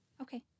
Okay